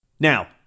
Now